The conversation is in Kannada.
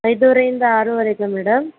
ಐದುವರೆ ಇಂದ ಆರುವರೆಗ ಮೇಡಮ್